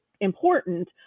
important